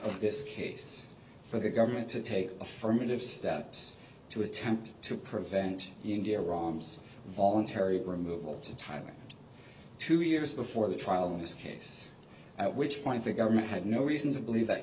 of this case for the government to take affirmative steps to attempt to prevent india rahm's voluntary removal to thailand two years before the trial in this case at which point the government had no reason to believe